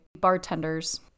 bartenders